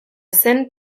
zen